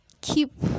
keep